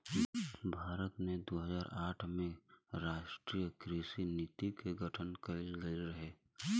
भारत में दू हज़ार आठ में राष्ट्रीय कृषि नीति के गठन कइल गइल रहे